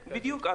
בדיוק.